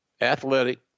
athletic